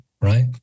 right